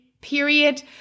period